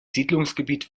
siedlungsgebiet